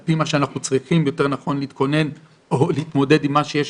יותר נכון על פי מה שאנחנו צריכים להתכונן או להתמודד עם מה שיש